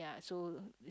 so